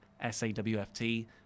S-A-W-F-T